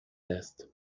lässt